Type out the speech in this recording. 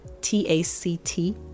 T-A-C-T